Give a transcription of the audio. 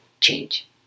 change